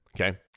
Okay